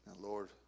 Lord